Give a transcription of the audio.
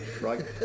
right